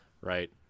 Right